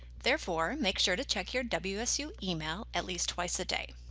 therefore, make sure to check your wsu email at least twice a day.